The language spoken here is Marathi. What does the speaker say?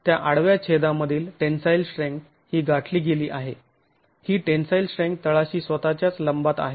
तर त्या आडव्या छेदामधील टेंन्साईल स्ट्रेंथ ही गाठली गेली आहे ही टेंन्साईल स्ट्रेंथ तळाशी स्वतःच्याच लंबात आहे